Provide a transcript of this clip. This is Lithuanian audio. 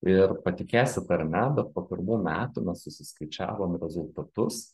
ir patikėsit ar ne bet po pirmų metų mes susiskaičiavom rezultatus